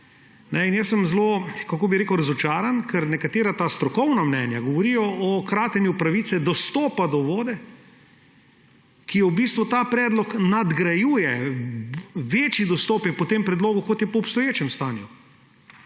Jaz sem zelo razočaran, ker nekatera ta strokovna mnenja govorijo o kratenju pravice dostopa do vode, ki jo v bistvu ta predlog nadgrajuje. Večji dostop je po tem predlogu, kot je po obstoječem stanju,